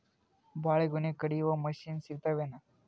ಬಾಳಿಗೊನಿ ಕಡಿಯು ಮಷಿನ್ ಸಿಗತವೇನು?